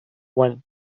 went